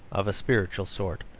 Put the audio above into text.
of a spiritual sort.